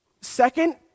Second